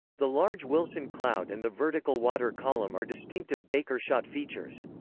the large wilson cloud and the vertical water column are distinctive baker shot features.